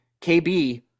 KB –